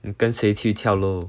你跟谁去跳楼